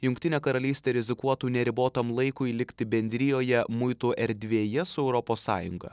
jungtinė karalystė rizikuotų neribotam laikui likti bendrijoje muitų erdvėje su europos sąjunga